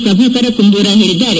ಪ್ರಭಾಕರ ಕುಂದೂರ ಹೇಳಿದ್ದಾರೆ